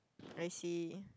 I see